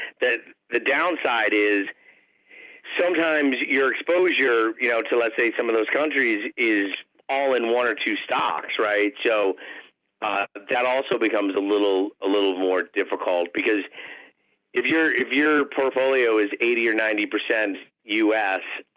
the downside is sometimes your exposure you know to let's say some of those countries is all in one or two stocks, right? so that also becomes a little little more difficult because if your if your portfolio is eighty or ninety percent u s.